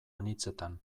anitzetan